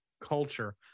culture